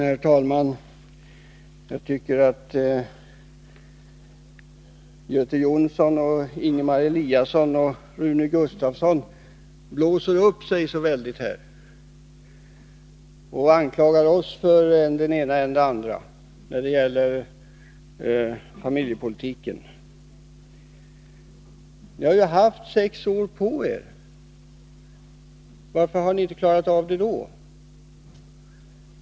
Herr talman! Jag tycker att Göte Jonsson, Ingemar Eliasson och Rune Gustavsson blåser upp sig så väldigt här och anklagar oss för det ena efter det 129 andra när det gäller familjepolitiken. Ni har ju haft sex år på er. Varför har ni inte klarat av detta?